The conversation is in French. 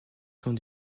sont